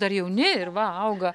dar jauni ir va auga